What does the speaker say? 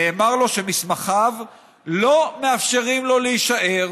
נאמר לו שמסמכיו לא מאפשרים לו להישאר.